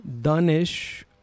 Danish